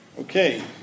Okay